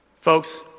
Folks